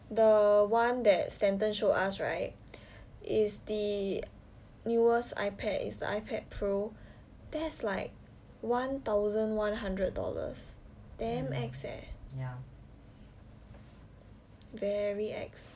the one that stanton showed us right is the newest ipad is the ipad pro that's like one thousand one hundred dollars damn ex eh very ex